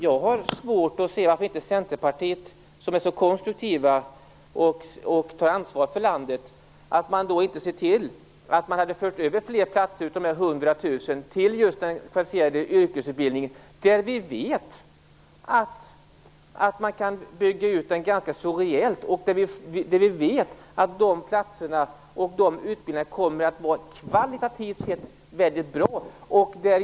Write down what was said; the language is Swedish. Jag har svårt att förstå varför inte Centerpartiet, som är så konstruktivt och tar ansvar för landet, har sett till att man förde över fler platser av de 100 000 till den kvalificerade yrkesutbildningen. Vi vet att man kan bygga ut den ganska så rejält och att de platserna och de utbildningarna kommer att vara kvalitativt sett mycket bra.